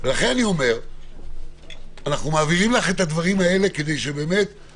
אנחנו מעבירים לך את הדברים האלה כדי שתבואו.